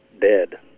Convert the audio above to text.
dead